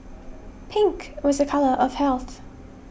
pink was a colour of health